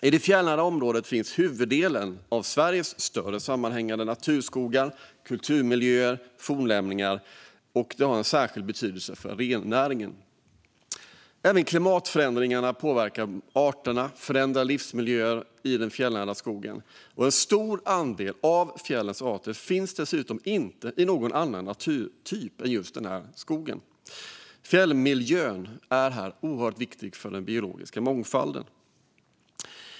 I det fjällnära området finns huvuddelen av Sveriges större sammanhängande naturskogar, kulturmiljöer och fornlämningar, och det här området har en särskild betydelse för rennäringen. Även klimatförändringarna påverkar arterna och förändrar livsmiljöer i den fjällnära skogen. En stor andel av fjällens arter finns dessutom inte i någon annan naturtyp än just den här skogen. Fjällmiljön är oerhört viktig för den biologiska mångfalden.